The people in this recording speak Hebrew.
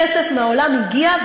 הכסף מהעולם הגיע,